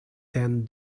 ten